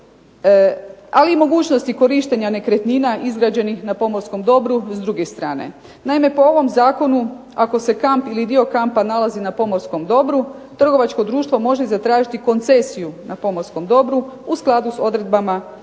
ali i mogućnosti korištenja nekretnina izgrađenih na pomorskom dobru s druge strane. Naime, po ovom zakonu ako se kamp ili dio kampa nalazi na pomorskom dobru trgovačko društvo može zatražiti koncesiju na pomorskom dobru u skladu s odredbama Zakona